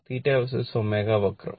Θ vs ω വക്രം